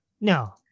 No